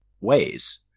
ways